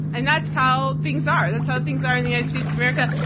and that's how things are. that's how things are in the united state of america.